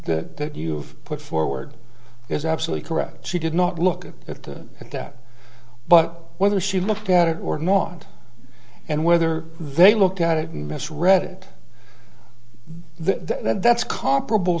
that you've put forward is absolutely correct she did not look at the at that but whether she looked at it or not and whether they looked at it and misread it the that's comparable